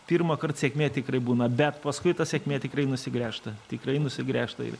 pirmąkart sėkmė tikrai būna bet paskui ta sėkmė tikrai nusigręžtų tikrai nusigręžtų ir